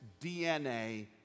DNA